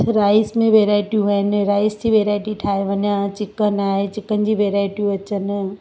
rice में वैराइटियूं आहिनि राइस जी वैराइटी ठाहे वञा चिकन आहे चिकन जी वैराइटियूं अचनि